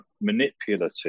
manipulative